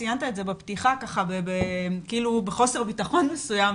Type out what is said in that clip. ציינת את זה בפתיחה כאילו בחוסר ביטחון מסוים.